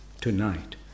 tonight